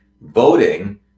voting